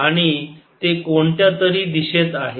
आणि ते कोणत्या तरी दिशेत आहे